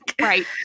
Right